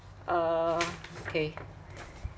uh okay